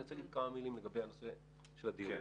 רוצה לומר כמה מלים לגבי הנושא של הדיון.